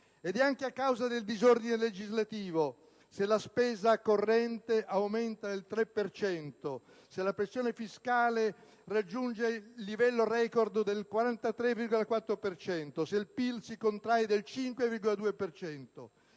È anche a causa del disordine legislativo se la spesa corrente aumenta del 3 per cento, se la pressione fiscale raggiunge il livello record del 43,4 per cento, se il PIL si contrae del 5,2